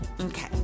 Okay